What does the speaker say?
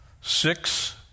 six